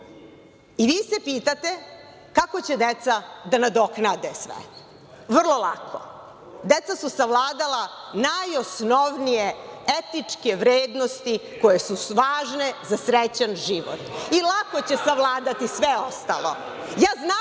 i vi se pitate kako će deca da nadoknade sve. Vrlo lako. Deca su savladala najosnovnije etničke vrednosti koje su važne za srećan život i lako će savladati sve ostalo. Ja